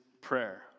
prayer